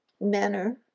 manner